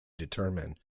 determine